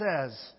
says